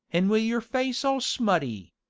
an' wi' your face all smutty.